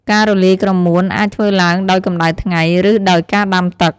ការរលាយក្រមួនអាចធ្វើឡើងដោយកម្ដៅថ្ងៃ ឬដោយការដាំទឹក។